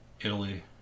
italy